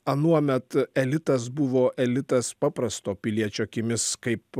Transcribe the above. anuomet elitas buvo elitas paprasto piliečio akimis kaip